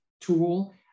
tool